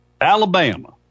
Alabama